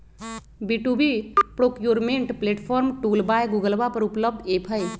B two B procurement platform tool by गूगलवा पर उपलब्ध ऐप हई